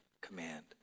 command